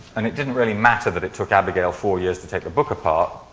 and it didn't really matter that it took abigail four years to take a book apart.